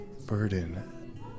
burden